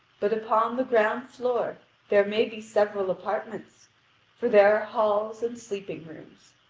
but upon the ground-floor there may be several apartments for there are halls and sleeping-rooms.